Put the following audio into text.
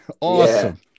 awesome